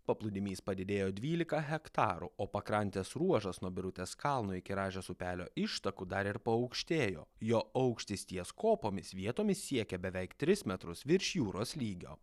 paplūdimys padidėjo dvylika hektarų o pakrantės ruožas nuo birutės kalno iki rąžės upelio ištakų dar ir paaukštėjo jo aukštis ties kopomis vietomis siekia beveik tris metrus virš jūros lygio